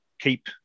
keep